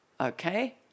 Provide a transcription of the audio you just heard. Okay